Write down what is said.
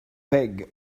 peg